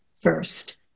first